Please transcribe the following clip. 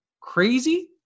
crazy